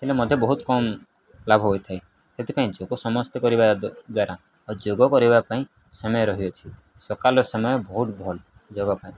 ହେଲେ ମଧ୍ୟ ବହୁତ କମ ଲାଭ ହୋଇଥାଏ ସେଥିପାଇଁ ଯୋଗ ସମସ୍ତେ କରିବା ଦ୍ୱାରା ଆଉ ଯୋଗ କରିବା ପାଇଁ ସମୟ ରହିଅଛି ସକାଳ ସମୟ ବହୁତ ଭଲ ଯୋଗ ପାଇଁ